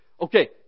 Okay